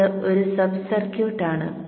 അത് ഒരു sub circuit ആണ്